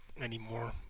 anymore